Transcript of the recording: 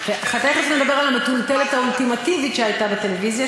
תכף נדבר על המתולתלת האולטימטיבית שהייתה בטלוויזיה.